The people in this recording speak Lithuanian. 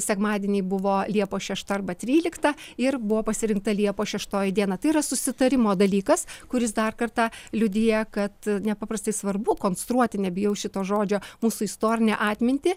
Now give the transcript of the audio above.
sekmadienį buvo liepos šešta arba trylikta ir buvo pasirinkta liepos šeštoji diena tai yra susitarimo dalykas kuris dar kartą liudija kad nepaprastai svarbu konstruoti nebijau šito žodžio mūsų istorinę atmintį